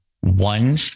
one